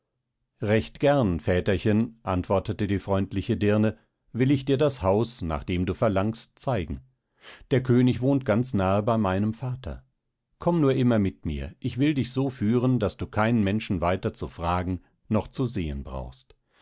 recht gern väterchen antwortete die freundliche dirne will ich dir das haus nach dem du verlangst zeigen der könig wohnt ganz nahe bei meinem vater komm nur immer mit mir ich will dich so führen daß du keinen menschen weiter zu fragen noch zu sehen brauchst